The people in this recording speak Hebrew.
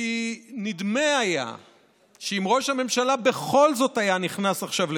כי נדמה שאם ראש הממשלה בכל זאת היה נכנס עכשיו לבידוד,